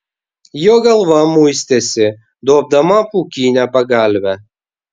jo galva muistėsi duobdama pūkinę pagalvę